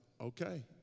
okay